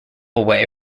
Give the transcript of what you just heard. away